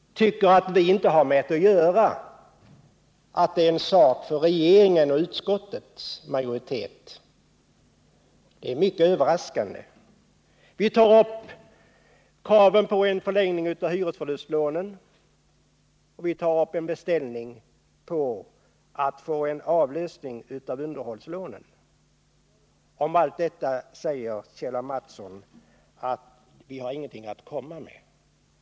Han tycker att vi inte har med det att göra, att det är en sak för regeringen och utskottets majoritet — det är mycket överraskande. Vidare tar vi upp kravet på en förlängning av giltighetstiden för hyresförlustlånen, och vi vill göra en beställning på avlösning av underhållslånen. Trots detta påstår Kjell A. Mattsson att vi inte har någonting att komma med.